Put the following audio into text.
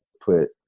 Put